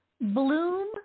Bloom